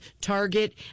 Target